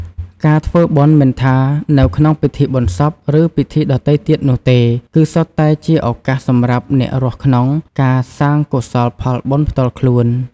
ការធ្វើបុណ្យមិនថានៅក្នុងពិធីបុណ្យសព ឬពិធីដទៃទៀតនោះទេ គឺសុទ្ធតែជាឱកាសសម្រាប់អ្នករស់ក្នុងការសាងកុសលផលបុណ្យផ្ទាល់ខ្លួន។